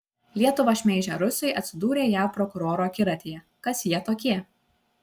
lietuvą šmeižę rusai atsidūrė jav prokurorų akiratyje kas jie tokie